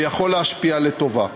ויכול להשפיע לטובה.